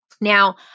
Now